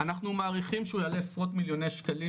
אנחנו מעריכים שהוא יעלה עשרות מיליוני שקלים,